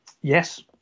Yes